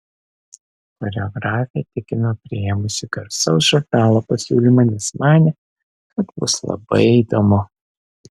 choreografė tikino priėmusi garsaus žurnalo pasiūlymą nes manė kad bus labai įdomu